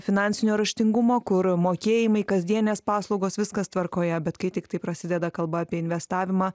finansinio raštingumo kur mokėjimai kasdienės paslaugos viskas tvarkoje bet kai tiktai prasideda kalba apie investavimą